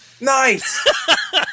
Nice